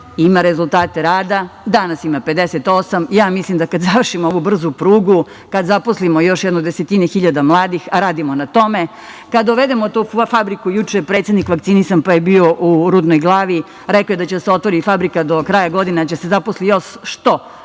ima rezultate rada, danas ima 58%. Ja mislim kada završim ovu brzu prugu, kada zaposlimo još jedno desetine hiljada mladih, a radimo na tome, kada dovedemo tu fabriku. Juče je predsednik vakcinisan, pa je bio u Rudnoj Glavi. Rekao je da će se otvori fabrika do kraja godine, da će se zaposli još 100